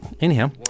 Anyhow